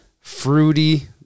fruity